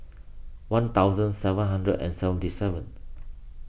one thousand seven hundred and seventy seven